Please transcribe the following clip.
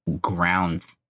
ground